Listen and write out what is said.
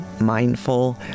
mindful